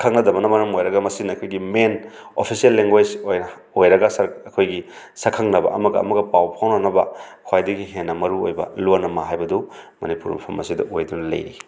ꯈꯪꯅꯗꯕꯅ ꯃꯔꯝ ꯑꯣꯏꯔꯒ ꯃꯁꯤꯅ ꯑꯩꯈꯣꯏꯒꯤ ꯃꯦꯟ ꯑꯣꯐꯤꯁꯦꯜ ꯂꯦꯡꯒ꯭ꯋꯦꯖ ꯑꯣꯏꯅ ꯑꯣꯏꯔꯒ ꯑꯩꯈꯣꯏꯒꯤ ꯁꯛꯈꯪꯅꯕ ꯑꯃꯒ ꯑꯃꯒ ꯄꯥꯎ ꯐꯥꯎꯅꯅꯕ ꯈ꯭ꯋꯥꯏꯗꯒꯤ ꯍꯦꯟꯅ ꯃꯔꯨ ꯑꯣꯏꯕ ꯂꯣꯟ ꯑꯃ ꯍꯥꯏꯕꯗꯨ ꯃꯅꯤꯄꯨꯔ ꯃꯐꯝ ꯑꯁꯤꯗ ꯑꯣꯏꯗꯨꯅ ꯂꯩꯔꯤ